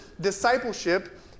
discipleship